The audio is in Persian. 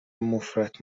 مفرط